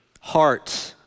heart